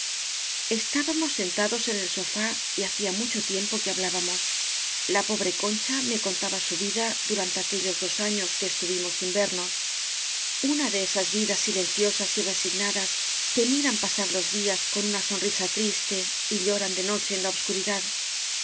estábamos sentados en el sofá y hacía mu cho tiempo que hablábamos la pobre con cha me contaba su vida durante aquellos dos años que estuvimos sin vernos una de esas vidas silenciosas y resignadas que miran pa sar los días con una sonrisa triste y llo ran de noche en la obscuridad